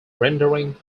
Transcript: rendering